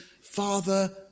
Father